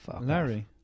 Larry